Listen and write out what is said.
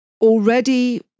already